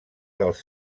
dels